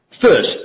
First